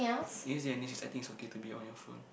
in this day and age I think it's okay to be on your phone